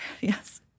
Yes